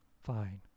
fine